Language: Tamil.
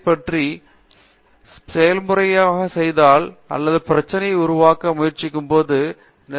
பேராசிரியர் அரிந்தமா சிங் இந்த செயல்முறையை பின்பற்றி செயல்முறை செய்தால் அல்லது பிரச்சனைகளை உருவாக்க முயற்சிக்கும் போது நிறைய விஷயங்கள் தொந்தரவு அடைகின்றன